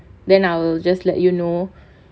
then I will just let you know